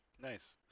Nice